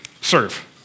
serve